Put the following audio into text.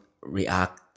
react